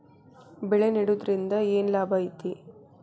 ಬೆಳೆ ನೆಡುದ್ರಿಂದ ಏನ್ ಲಾಭ ಐತಿ?